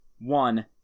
one